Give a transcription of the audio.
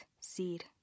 seed